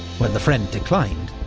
when the friend declined,